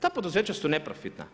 Ta poduzeća su neprofitna.